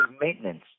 maintenance